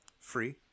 free